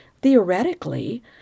theoretically